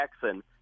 jackson